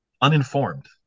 uninformed